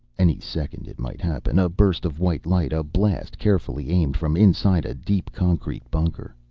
any second it might happen. a burst of white light, a blast, carefully aimed from inside a deep concrete bunker.